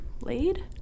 Laid